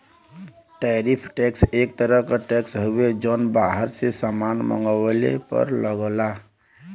tariff tax एक तरह क टैक्स हउवे जौन बाहर से सामान मंगवले पर लगला